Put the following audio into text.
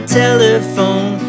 telephone